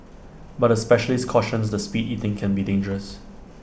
but A specialist cautions the speed eating can be dangerous